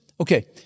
Okay